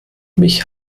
mich